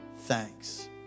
thanks